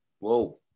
Whoa